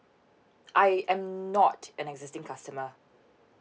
I I'm not an existing customer